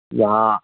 یہاں